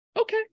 okay